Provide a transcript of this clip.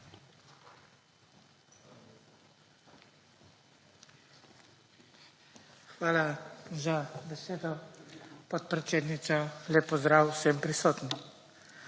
Hvala za besedo, podpredsednica. Lep pozdrav vsem prisotnim!